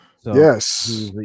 yes